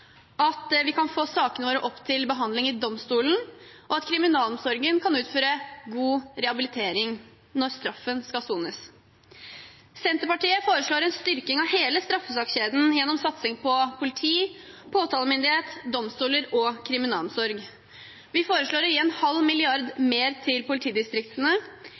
at vi kan få sakene våre opp til behandling i domstolen, og at kriminalomsorgen kan utføre god rehabilitering når straffen skal sones. Senterpartiet foreslår en styrking av hele straffesakskjeden gjennom satsing på politi, påtalemyndighet, domstoler og kriminalomsorg. Vi foreslår å gi 0,5 mrd. kr mer til politidistriktene.